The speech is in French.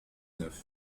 neuf